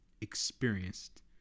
experienced